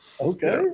Okay